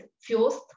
first